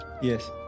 Yes